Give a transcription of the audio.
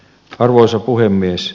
arvoisa puhemies